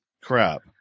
crap